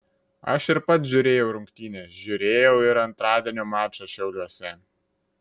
aš ir pats žiūrėjau rungtynes žiūrėjau ir antradienio mačą šiauliuose